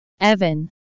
Evan